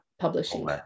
publishing